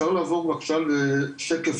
אפשר לעבור בבקשה לשקף